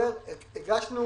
הגשנו